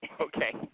Okay